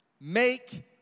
Make